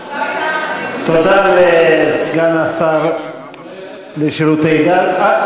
אנחנו גם אתה, תודה לסגן השר לשירותי דת.